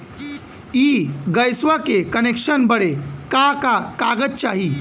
इ गइसवा के कनेक्सन बड़े का का कागज चाही?